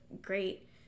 great